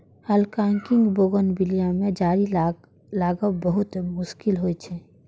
हालांकि बोगनवेलिया मे जड़ि लागब बहुत मुश्किल होइ छै